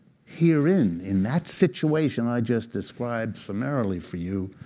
herein, in that situation i just described summarily for you,